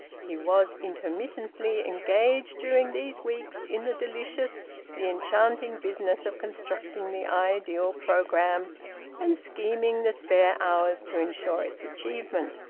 he was intermittently engaged, during these weeks, in the delicious, the enchanting business of constructing the ideal programme and scheming the spare hours to ensure its achievement.